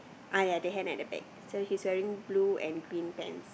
ah ya the hand at the back so he's wearing blue and green pants